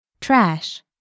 Trash